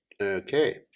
Okay